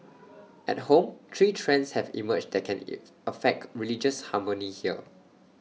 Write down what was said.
at home three trends have emerged that can if affect religious harmony here